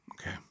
Okay